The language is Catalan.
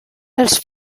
els